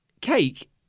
cake